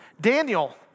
Daniel